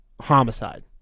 homicide